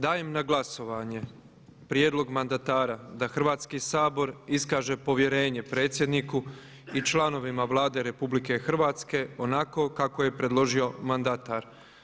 Dajem na glasovanje prijedlog mandatara da Hrvatski sabor iskaže povjerenje predsjedniku i članovima Vlade RH onako kako je predložio mandatar.